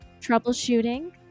troubleshooting